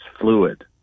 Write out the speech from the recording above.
fluid